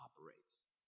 operates